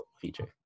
Feature